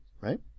right